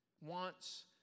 wants